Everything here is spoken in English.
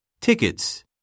Tickets